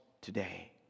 today